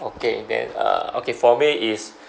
okay then uh okay for me is